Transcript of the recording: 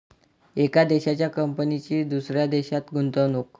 एका देशाच्या कंपनीची दुसऱ्या देशात गुंतवणूक